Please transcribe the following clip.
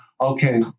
Okay